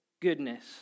goodness